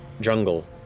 jungle